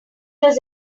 was